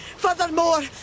Furthermore